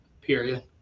period